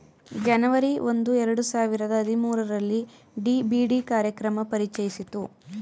ಜನವರಿ ಒಂದು ಎರಡು ಸಾವಿರದ ಹದಿಮೂರುರಲ್ಲಿ ಡಿ.ಬಿ.ಡಿ ಕಾರ್ಯಕ್ರಮ ಪರಿಚಯಿಸಿತು